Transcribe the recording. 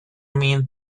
mean